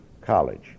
college